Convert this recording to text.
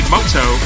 Moto